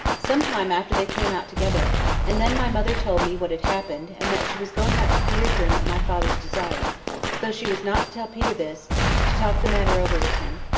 some time after they came out together and then my mother told me what had happened, and that she was going up to peter's room at my father's desire though she was not to tell peter this to talk the matter over with him.